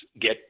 get